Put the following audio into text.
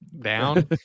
down